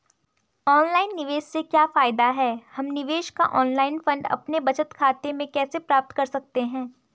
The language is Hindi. ऑनलाइन निवेश से क्या फायदा है हम निवेश का ऑनलाइन फंड अपने बचत खाते में कैसे प्राप्त कर सकते हैं?